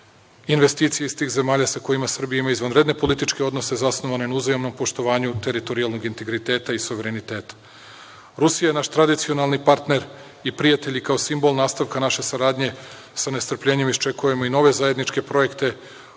investicija iz tih zemalja sa kojima Srbija ima izvanredne političke odnose zasnovane na uzajamnom poštovanju teritorijalnog integriteta i suvereniteta. Rusija je naš tradicionalni partner i prijatelj, i kao simbol nastavka naše saradnje sa nestrpljenjem isčekujem i nove zajedničke projekte.